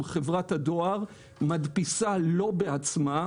הכניסה של חברת הדואר לשוק ההדפסה היא אירוע לא פשוט.